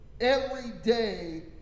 everyday